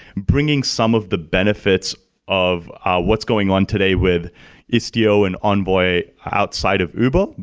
bringing some of the benefits of what's going on today with istio and envoy outside of uber.